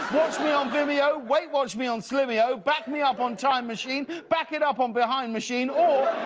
watch me on vimeo. weight watch me on slimeo. back me up on time machine. back it up on behind machine. or,